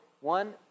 one